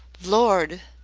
lord!